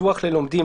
פתוח ללומדים,